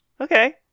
Okay